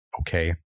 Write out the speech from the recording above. Okay